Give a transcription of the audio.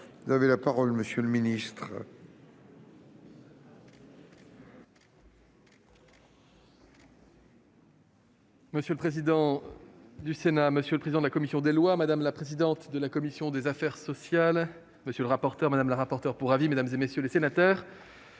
générale, la parole est à M. le ministre. Monsieur le président, monsieur le président de la commission des lois, madame la présidente de la commission des affaires sociales, monsieur le rapporteur, madame la rapporteure pour avis, mesdames, messieurs les sénateurs,